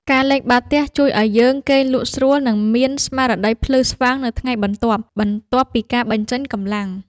ការលេងបាល់ទះជួយឱ្យយើង គេងលក់ស្រួល និងមានស្មារតីភ្លឺស្វាងនៅថ្ងៃបន្ទាប់ បន្ទាប់ពីការបញ្ចេញកម្លាំង។